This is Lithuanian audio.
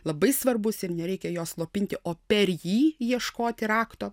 labai svarbus ir nereikia jo slopinti o per jį ieškoti rakto